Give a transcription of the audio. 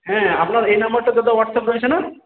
হ্যাঁ আপনার এই নাম্বারটাতে তো হোয়াটসঅ্যাপ রয়েছে না